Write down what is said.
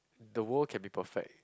the world can be perfect